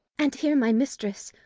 and here my mistress.